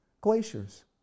glaciers